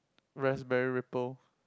Raspberry Ripple